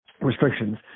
restrictions